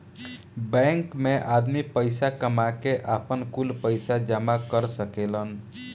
bank मे आदमी पईसा कामा के, आपन, कुल पईसा जामा कर सकेलन